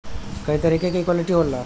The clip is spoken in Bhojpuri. कई तरीके क इक्वीटी होला